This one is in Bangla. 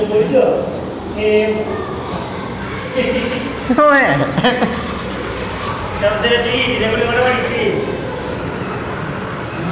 তৈলবীজ ও বাদামজাতীয় ফসল বছরের কোন সময় হয়?